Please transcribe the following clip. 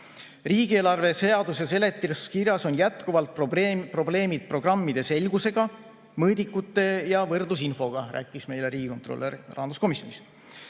Riigieelarve seaduse seletuskirjas on jätkuvalt probleemid programmide selgusega, mõõdikute ja võrdlusinfoga, rääkis meile riigikontrolör rahanduskomisjonis.